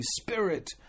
Spirit